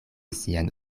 sian